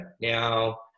Now